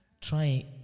try